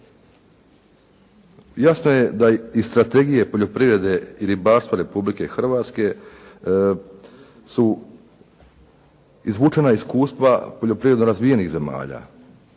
Jasno je da iz Strategije poljoprivrede i ribarstva Republike Hrvatske su izvučena iskustva poljoprivredno razvijenih zemalja.